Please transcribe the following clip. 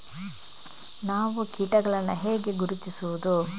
ನಾವು ಕೀಟಗಳನ್ನು ಹೇಗೆ ಗುರುತಿಸುವುದು?